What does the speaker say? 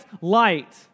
light